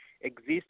exist